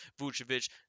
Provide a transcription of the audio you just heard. Vucevic